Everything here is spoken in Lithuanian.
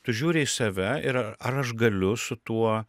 tu žiūri į save ir ar aš galiu su tuo